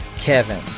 Kevin